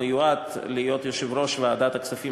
המיועד להיות יושב-ראש ועדת הכספים